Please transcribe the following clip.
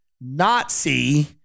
Nazi